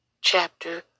chapter